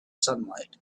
sunlight